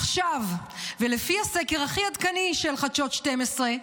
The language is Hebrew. עכשיו, לפי הסקר הכי עדכני של חדשות 12,